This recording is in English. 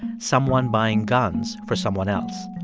someone buying guns for someone else.